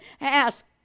ask